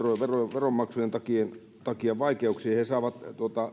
veronmaksujen takia takia vaikeuksiin saavat